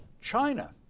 China